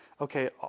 Okay